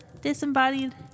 Disembodied